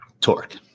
Torque